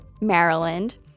Maryland